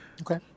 Okay